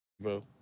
bro